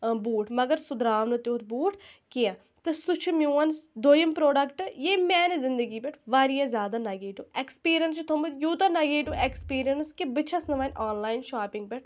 آ بوٗٹھ مگر سُہ درٛاو نہٕ تٮُ۪تھ بوٗٹھ کیٚنٛہہ تہٕ سُہ چھُ میٛون دوٚیِم پرٛوڈَکٹہٕ یٔمۍ میٛانہِ زِنٛدگی پٮ۪ٹھ واریاہ زیادٕ نَگیٹیوٗ اٮ۪کٕسپیٖرنَس چھُ تھوٚومُت یوٗتاہ نَگیٹیوٗ اٮ۪کٕسپیٖرنَس کہِ بہٕ چھَس نہٕ وۅنۍ آن لایِن شاپِنٛگ پٮ۪ٹھ